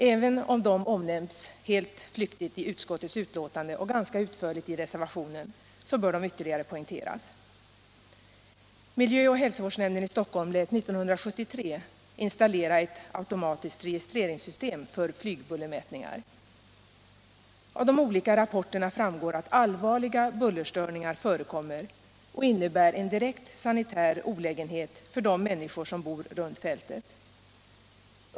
Även om de, helt flyktigt, omnämnts i utskottets betänkande och ganska utförligt i reservationen bör de ytterligare poängteras. Miljö och hälsovårdsnämnden i Stockholm lät 1973 installera ett automatiskt registreringssystem för flygbullermätningar. Av de olika rapporterna framgår att allvarliga bullerstörningar förekommer, som innebär en direkt sanitär olägenhet för de människor som bor runt fältet.